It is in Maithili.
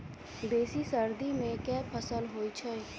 बेसी सर्दी मे केँ फसल होइ छै?